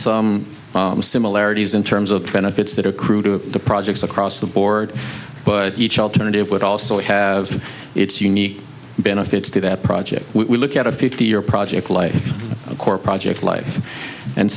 some similarities in terms of the benefits that accrue to the projects across the board but each alternative would also have its unique benefits to that project we look at a fifty year project life core project life and